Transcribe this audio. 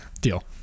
deal